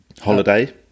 Holiday